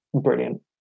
brilliant